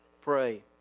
pray